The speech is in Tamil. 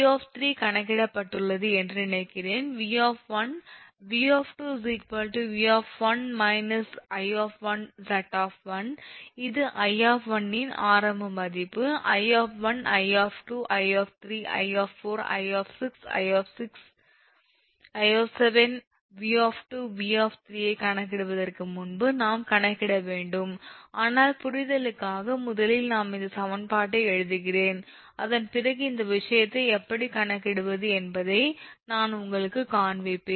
𝑉 கணக்கிடப்பட்டுள்ளது என்று நினைக்கிறேன் 𝑉 𝑉𝑉−𝐼𝑍 இது 𝐼 இன் ஆரம்ப மதிப்பு 𝐼 𝐼 𝐼 𝐼 𝐼 𝐼 𝐼 𝑉 𝑉 ஐ கணக்கிடுவதற்கு முன்பு நாம் கணக்கிட வேண்டும் ஆனால் புரிதலுக்காக முதலில் இந்த சமன்பாட்டை எழுதுகிறேன் அதன் பிறகு இந்த விஷயத்தை எப்படி கணக்கிடுவது என்பதை நான் உங்களுக்குக் காண்பிப்பேன்